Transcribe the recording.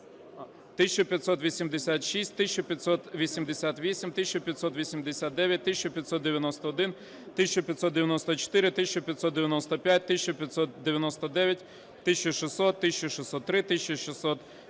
1586, 1588, 1589, 1591, 1594, 1595, 1599, 1600, 1603, 1614,